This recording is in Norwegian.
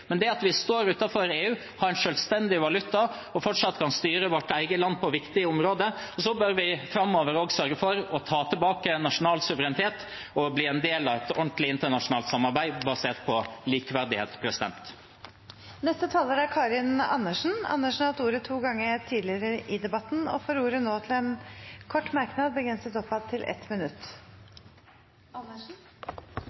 Men det at vi står utenfor EU, har en selvstendig valuta og fortsatt kan styre vårt eget land på viktige områder, gjør at vi også framover bør sørge for å ta tilbake nasjonal suverenitet og bli en del av et ordentlig internasjonalt samarbeid basert på likeverdighet. Representanten Karin Andersen har hatt ordet to ganger tidligere og får ordet til en kort merknad, begrenset til 1 minutt.